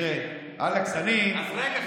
תראה, אלכס, אני, רגע.